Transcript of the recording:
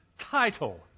title